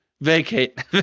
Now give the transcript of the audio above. Vacate